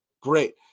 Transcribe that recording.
great